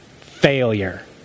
Failure